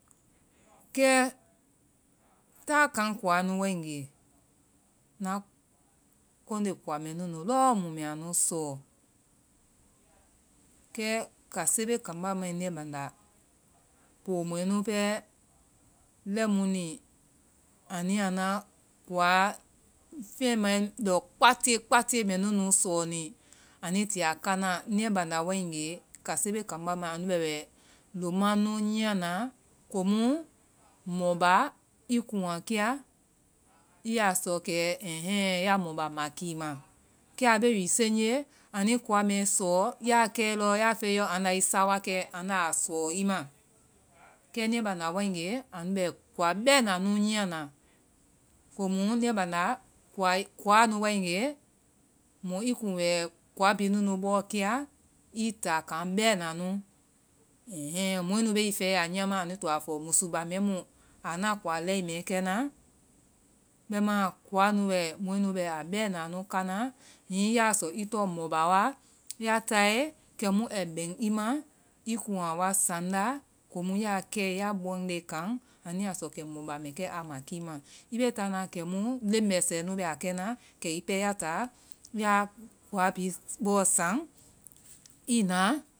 Kɛ táa kaŋ kowaa nu waegee, ŋna kɔnde kowa mɛnunu lɔɔ mu mbɛ a nu sɔɔ. Kɛ kasebe kambá mainiyɛ banda, poo mɔɛnu pɛɛ, leɨ mu ni anu yaa anuã kowaa fɛɛmae lɔ kpatie, kpatie mɛɛ nunu sɔɔ ni, anui ti a kana niyɛ banda waegee kasibee kambá mai anu bɛ wɛ loma nu nyiana komu mɔ ba kuŋ a kiyai yaa sɔ kɛ ya mɔ ba makii ma. kɛ a bee wi senje, anui kowa mɛɛ sɔɔ, yaa kɛe lɔɔ, yaa fɛɛe i lɔ anda i sawakɛ andaa a sɔɔ i ma, kɛ miɛ banda waegee, anu bɛ kowa bɛɛna nu nyiana. Kowa nyiɛ banda waegee, kowaa nu waegee, mɔ i kuŋ wɛ kowa bhii nunu bɔɔ